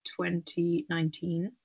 2019